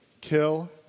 Kill